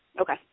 Okay